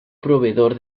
proveedor